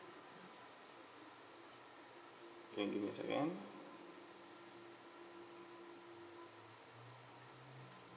can you give me a second